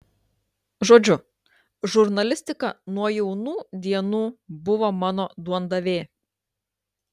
žodžiu žurnalistika nuo jaunų dienų buvo mano duondavė